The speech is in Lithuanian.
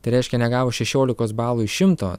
tai reiškia negavo šešiolikos balų iš šimto